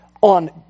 on